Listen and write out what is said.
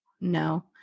no